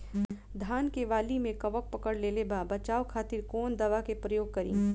धान के वाली में कवक पकड़ लेले बा बचाव खातिर कोवन दावा के प्रयोग करी?